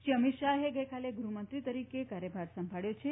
શ્રી અમિત શાહે ગઇકાલે ગૃહમંત્રી તરીકેનો કાર્યભાર સંભાળ્યો છે